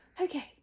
okay